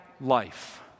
life